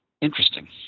interesting